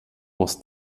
muss